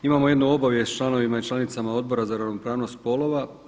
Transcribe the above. Imamo jednu obavijest članovima i članicama Odbora za ravnopravnost spolova.